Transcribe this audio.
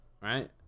right